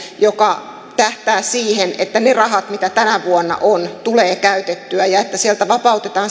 joka tähtää siihen että ne rahat mitä tänä vuonna on tulee käytettyä ja että sieltä vapautetaan